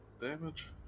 damage